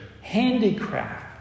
handicraft